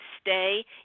stay